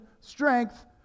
strength